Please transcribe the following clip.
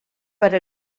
per